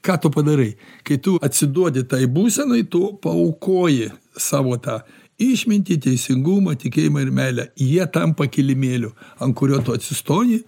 ką tu padarai kai tu atsiduodi tai būsenai tu paaukoji savo tą išmintį teisingumą tikėjimą ir meilę jie tampa kilimėliu ant kurio tu atsistoji